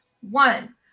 One